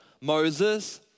Moses